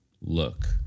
look